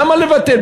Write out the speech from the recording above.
למה לבטל?